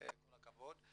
כל הכבוד.